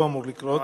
לא אמור לקרות?